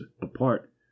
apart